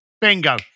Bingo